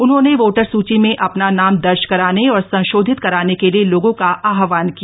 उन्होंने वोटर सुची में अपना नाम दर्ज कराने और संशोधित कराने के लिए लोगों का आहवान किया